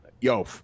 yo